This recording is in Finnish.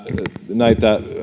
näitä